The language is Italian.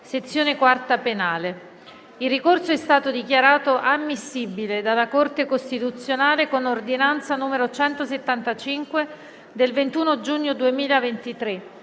sezione IV penale. Il ricorso è stato dichiarato ammissibile dalla Corte costituzionale con ordinanza n. 175 del 21 giugno 2023,